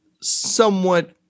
somewhat